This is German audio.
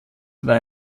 war